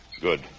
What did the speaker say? Good